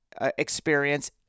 experience